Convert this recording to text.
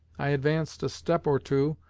i advanced a step or two,